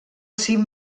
cim